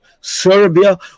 Serbia